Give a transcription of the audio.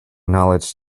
knowledge